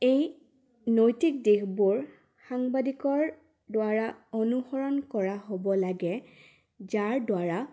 এই নৈতিক দিশবোৰ সাংবাদিকৰদ্বাৰা অনুসৰণ কৰা হ'ব লাগে যাৰদ্বাৰা